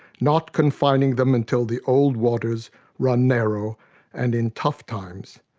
not confining them until the old waters run narrow and, in tough times,